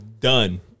done